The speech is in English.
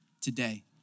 today